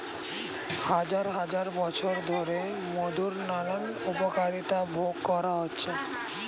হাজার হাজার বছর ধরে মধুর নানান উপকারিতা ভোগ করা হচ্ছে